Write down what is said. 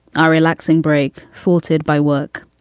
ah relaxing break sorted by work,